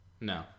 No